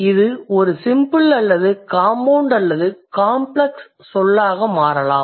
இது ஒரு சிம்பிள் அல்லது காம்பவுண்ட் அல்லது காம்ப்ளக்ஸ் சொல்லாக மாறலாம்